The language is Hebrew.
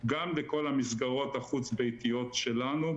גם לכל המסגרות החוץ-ביתיות שלנו,